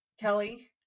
Kelly